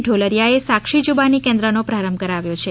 ઢોલરીયાએ સાક્ષી જૂબાની કેન્દ્રનો પ્રારંભ કરાવ્યો છે